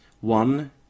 One